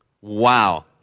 wow